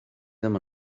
ddim